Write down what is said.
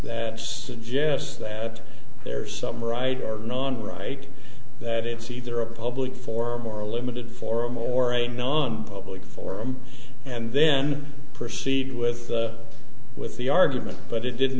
that suggests that there's some right or non right that it's either a public forum or a limited forum or a non public forum and then proceed with with the argument but it didn't